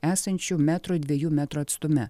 esančių metro dviejų metrų atstume